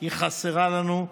היא חסרה לנו.